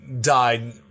died